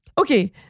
okay